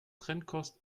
trennkost